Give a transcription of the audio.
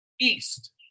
east